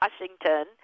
Washington